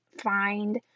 find